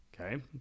Okay